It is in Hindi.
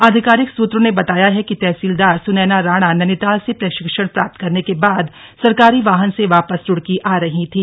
आधिकारिक सुत्रों ने बताया है कि तहसीलदार सुनैना राणा नैनीताल से प्रशिक्षण प्राप्त करने के बाद सरकारी वाहन से वापस रुड़की आ रही थी